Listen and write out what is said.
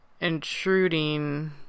intruding